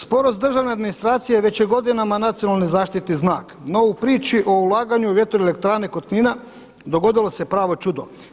Sporost državne administracije već je godinama nacionalni zaštitni znak, no u priči o ulaganju vjetroelektrane kod Knina dogodilo se pravo čudo.